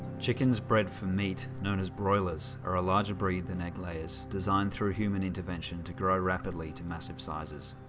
chickens bred for meat, known as broilers, are a larger breed than egg layers, designed through human intervention to grow rapidly to massive sizes.